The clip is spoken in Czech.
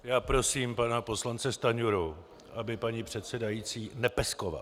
Já prosím pana poslance Stanjuru, aby paní předsedající nepeskoval.